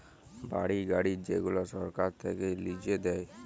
বাড়ি, গাড়ি যেগুলা সরকার থাক্যে লিজে দেয়